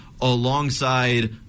alongside